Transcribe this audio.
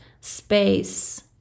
space